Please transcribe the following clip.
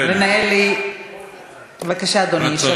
בבקשה, אדוני.